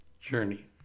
journey